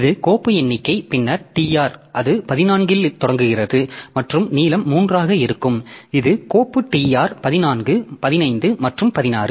இது கோப்பு எண்ணிக்கை பின்னர் tr அது 14 இல் தொடங்குகிறது மற்றும் நீளம் 3 ஆக இருக்கும் இது கோப்பு tr 14 15 மற்றும் 16